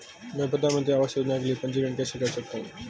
मैं प्रधानमंत्री आवास योजना के लिए पंजीकरण कैसे कर सकता हूं?